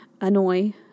annoy